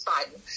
Biden